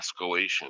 escalation